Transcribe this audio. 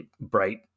bright